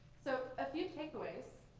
so a few takeaways